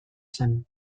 zen